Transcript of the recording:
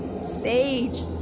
Sage